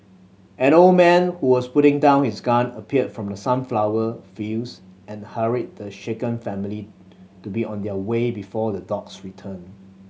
an old man who was putting down his gun appeared from the sunflower fields and hurried the shaken family to be on their way before the dogs return